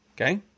Okay